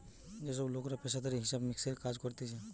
যে সব লোকরা পেশাদারি হিসাব মিক্সের কাজ করতিছে